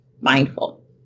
mindful